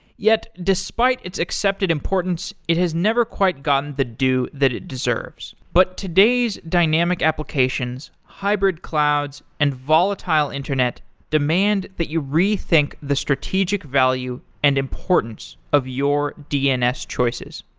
yet, despite its accepted importance it has never quite gotten the due that it deserves. but today's dynamic applications, hybrid clouds and volatile internet demand that you rethink the strategic value and importance of your dns choices